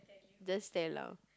just tell lah